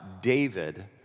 David